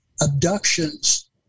abductions